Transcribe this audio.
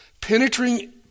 penetrating